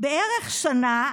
בערך שנה,